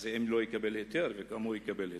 זה אם לא יקבל היתר, אבל גם הוא יקבל היתר.